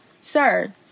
sir